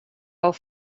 old